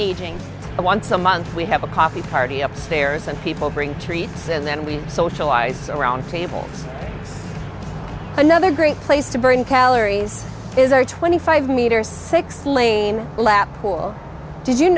aging but once a month we have a coffee party upstairs and people bring treats and then we socialise around tables another great place to bring can ellery's is our twenty five meters six lane lap pool did you